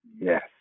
Yes